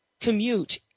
commute